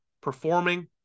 performing